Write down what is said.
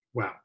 Wow